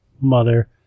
mother